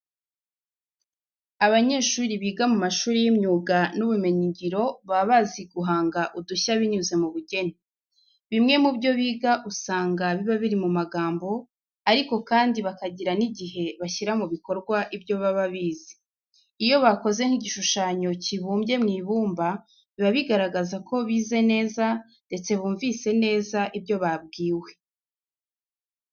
Abanyeshuri biga mu mashuri y'imyuga n'ubumenyingiro baba bazi guhanga udushya binyuze mu bugeni. Bimwe mu byo biga usanga biba biri mu magambo ariko kandi bakagira n'igihe bashyira mu bikorwa ibyo baba bize. Iyo bakoze nk'igishushanyo kibumbye mu ibumba biba bigaragaza ko bize neza ndetse bumvise neza ibyo babwiwe.